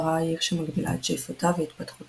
בה ראה עיר שמגבילה את שאיפותיו והתפתחותו.